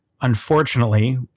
unfortunately